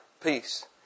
peace